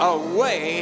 away